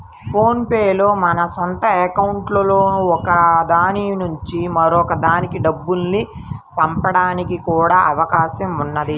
phone pay లో మన సొంత అకౌంట్లలో ఒక దాని నుంచి మరొక దానికి డబ్బుల్ని పంపడానికి కూడా అవకాశం ఉన్నది